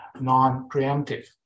non-preemptive